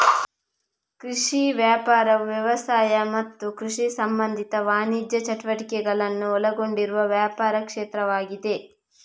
ಕೃಷಿ ವ್ಯಾಪಾರವು ವ್ಯವಸಾಯ ಮತ್ತು ಕೃಷಿ ಸಂಬಂಧಿತ ವಾಣಿಜ್ಯ ಚಟುವಟಿಕೆಗಳನ್ನ ಒಳಗೊಂಡಿರುವ ವ್ಯಾಪಾರ ಕ್ಷೇತ್ರವಾಗಿದೆ